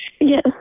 Yes